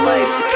life